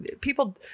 people